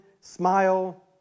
smile